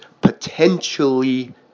potentially